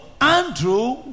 Andrew